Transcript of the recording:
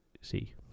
see